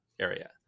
area